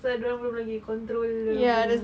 pasal dorang belum lagi control dorang punya